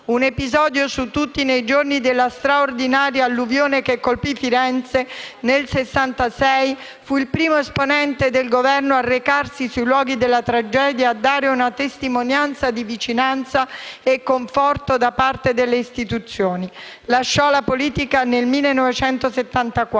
Un episodio su tutti: nei giorni della straordinaria alluvione che colpì Firenze nel 1966, fu il primo esponente del Governo a recarsi sui luoghi della tragedia e a dare una testimonianza di vicinanza e conforto da parte delle istituzioni. Lasciò la politica attiva nel 1974,